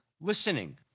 listening